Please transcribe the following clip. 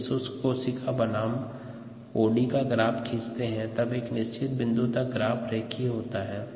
यदि शुष्क कोशिका सांद्रता बनाम ओडी का ग्राफ खींचते हैं तब एक निश्चित बिंदु तक ग्राफ रेखीय होता है